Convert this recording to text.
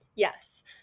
Yes